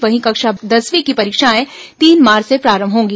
वहीं कक्षा दसवीं की परीक्षाएं तीन मार्च से प्रारंभ होंगी